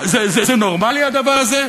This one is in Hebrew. זה נורמלי הדבר הזה?